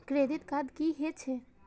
Credit card की हे छे?